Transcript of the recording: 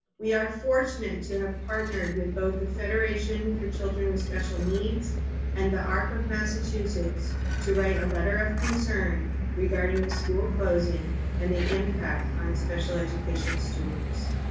we are fortunate to have partnered with both the federation for children with special needs and the arc of massachusetts to write a letter of concern regarding the school closings and the impact on special education students.